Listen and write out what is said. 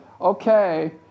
Okay